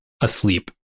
asleep